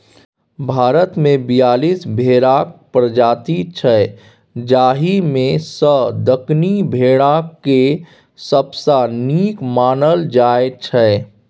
भारतमे बीयालीस भेराक प्रजाति छै जाहि मे सँ दक्कनी भेराकेँ सबसँ नीक मानल जाइ छै